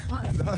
כן,